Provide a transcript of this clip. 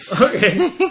okay